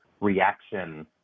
reaction